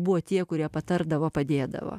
buvo tie kurie patardavo padėdavo